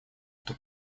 эту